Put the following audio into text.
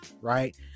right